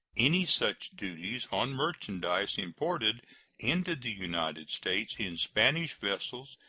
any such duties on merchandise imported into the united states in spanish vessels,